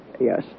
Yes